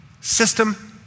system